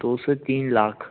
दो से तीन लाख